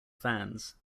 fans